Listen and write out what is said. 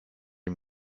ihm